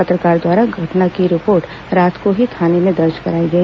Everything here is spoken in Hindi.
पत्रकार द्वारा घटना की रिपोर्ट रात को ही थाने में दर्ज कराई गई